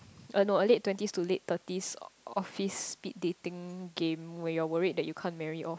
no a late twenties to late thirties office speed dating game when you are worry that you can't marry off